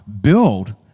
build